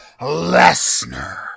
Lesnar